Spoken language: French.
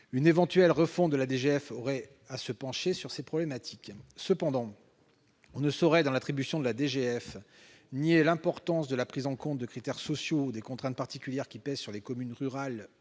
Une éventuelle refonte de la DGF nécessiterait de se pencher sur ces problématiques. Cependant, on ne saurait, dans l'attribution de la DGF, nier l'importance de la prise en compte de critères sociaux et des contraintes particulières qui pèsent sur les communes rurales